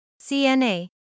CNA